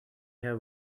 her